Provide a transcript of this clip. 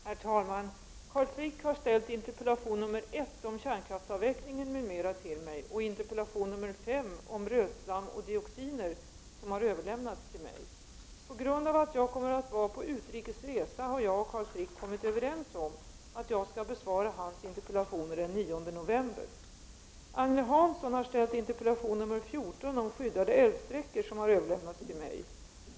Herr talman! Carl Frick har framställt interpellation nr 1 om kärnkraftsavvecklingen m.m. till mig och interpellation nr 5 om rötslam och dioxiner som har överlämnats till mig. På grund av att jag kommer att vara på utrikes resa har jag och Carl Frick kommit överens om att jag skall besvara hans interpellationer den 9 november. Agne Hansson har framställt interpellation nr 14 om skyddade älvsträckor som har överlämnats till mig.